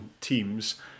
teams